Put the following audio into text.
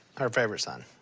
her favorite son.